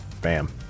bam